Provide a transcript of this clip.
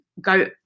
go